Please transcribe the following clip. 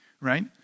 right